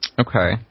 Okay